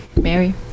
Mary